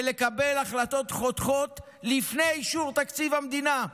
ולקבל החלטות חותכות לפני אישור תקציב המדינה,